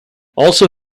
also